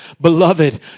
Beloved